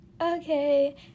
okay